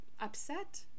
upset